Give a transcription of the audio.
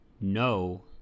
no